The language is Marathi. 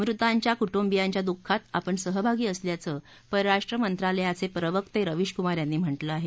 मृतांच्या कुटुंबियांच्या दुःखात आपण सहभागी असल्याचं परराष्ट्रमंत्रालयाचे प्रवक्ते रवीशकुमार यांनी म्हटलं आहे